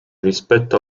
rispetto